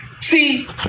See